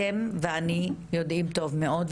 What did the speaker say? אתם ואני יודעים טוב מאד,